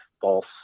false